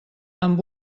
amb